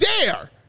dare